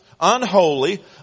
Unholy